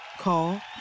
Call